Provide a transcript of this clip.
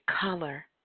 color